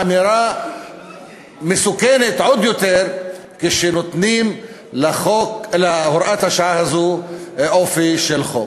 האמירה מסוכנת עוד יותר כשנותנים להוראת השעה הזאת אופי של חוק.